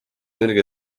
energia